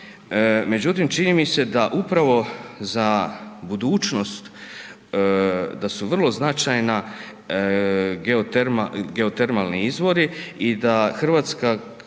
međutim, čini mi se da upravo za budućnost, da su vrlo značajna geotermalni izvori i da Hrvatska kao zemlja